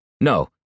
no